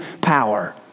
power